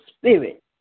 spirit